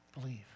Believe